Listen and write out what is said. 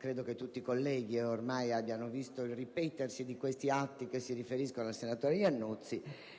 credo che tutti i colleghi ormai abbiano visto il susseguirsi di questi atti che si riferiscono al senatore Iannuzzi